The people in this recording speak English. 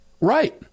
Right